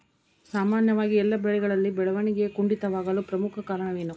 ಸಾಮಾನ್ಯವಾಗಿ ಎಲ್ಲ ಬೆಳೆಗಳಲ್ಲಿ ಬೆಳವಣಿಗೆ ಕುಂಠಿತವಾಗಲು ಪ್ರಮುಖ ಕಾರಣವೇನು?